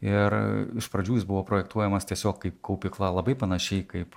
ir iš pradžių jis buvo projektuojamas tiesiog kaip kaupykla labai panašiai kaip